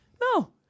No